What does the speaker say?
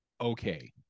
okay